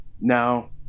now